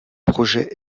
projet